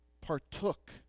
partook